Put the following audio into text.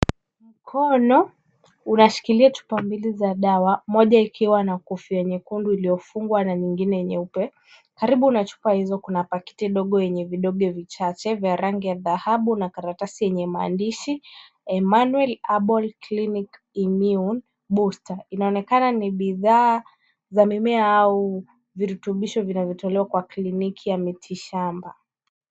Mkono unashikilia chupa mbili za dawa, moja ikiwa na kofia nyekundu iliyofungwa na nyingine nyeupe. Karibu na chupa hizo kuna pakiti ndogo yenye vidonge vichache vya rangi ya dhahabu na karatasi yenye maandishi Emanuel herbal Clinic Immune Booster . Inaonekana ni bidhaa za mimea au virutubisho vinavyotolewa kwa kliniki ya miti shamba.